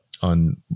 on